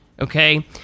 Okay